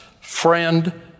friend